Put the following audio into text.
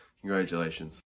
Congratulations